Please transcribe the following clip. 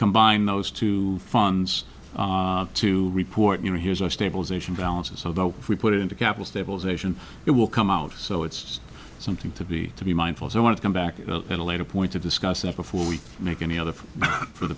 combine those two funds to report you know here's our stabilization balances if we put it into capital stabilization it will come out so it's something to be to be mindful of i want to come back at a later point to discuss that before we make any other for the